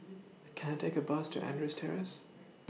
Can I Take A Bus to Andrews Terrace